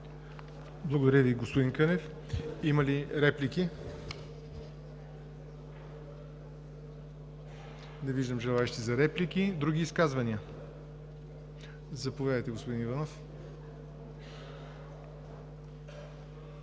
Благодаря Ви, господин Кънев. Има ли реплики? Не виждам желаещи за реплики. Други изказвания? Заповядайте, господин Иванов. Имате